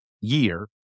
year